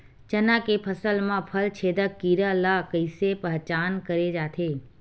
चना के फसल म फल छेदक कीरा ल कइसे पहचान करे जाथे?